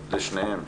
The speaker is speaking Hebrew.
לשניהם.